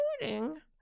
including